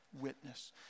witness